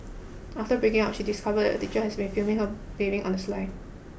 after breaking up she discovered the teacher has been filming her bathing on the sly